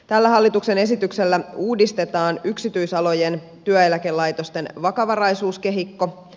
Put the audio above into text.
tällä hallituksen esityksellä uudistetaan yksityisalojen työeläkelaitosten vakavaraisuuskehikko